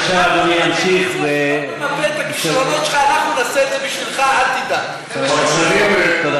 בבקשה, אדוני ימשיך, אל תמפה את הכישלונות שלך.